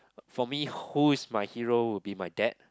for me who is my hero will be my dad